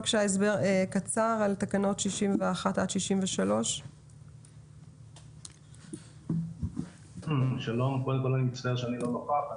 הסבר קצר על תקנות 61 עד 63. אני מצטער שאני לא נוכח.